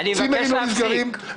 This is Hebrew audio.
צימרים לא נסגרים,